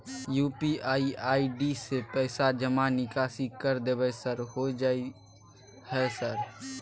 UPI ID से पैसा जमा निकासी कर देबै सर होय जाय है सर?